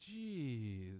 Jeez